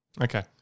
Okay